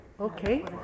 Okay